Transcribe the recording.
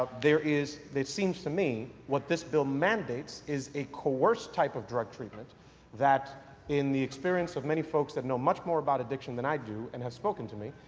there is, it seems to me what this bill mandates is a coerce type of drug treatment that in the experience of many folks that know much more about addiction than i do and have spoken to me,